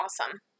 awesome